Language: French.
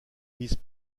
vice